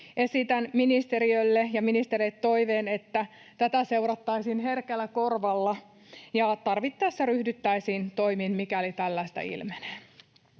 Esitän ministeriölle ja ministerille toiveen, että tätä seurattaisiin herkällä korvalla ja tarvittaessa ryhdyttäisiin toimiin, mikäli tällaista ilmenee.